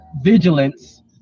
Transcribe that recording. vigilance